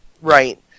right